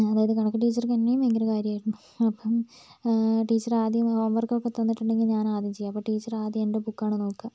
അതായത് കണക്ക് ടീച്ചർക്ക് എന്നെയും ഭയങ്കര കാര്യമായിരുന്നു അപ്പം ടീച്ചർ ആദ്യം ഹോം വർക്കൊക്കെ തന്നിട്ടുണ്ടെങ്കിൽ ഞാനാ ആദ്യം ചെയ്യാ അപ്പോൾ ടീച്ചർ ആദ്യം എൻ്റെ ബുക്കാണ് നോക്കുക